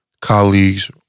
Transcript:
colleagues